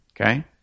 Okay